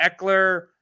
Eckler